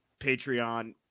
Patreon